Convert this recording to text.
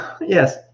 Yes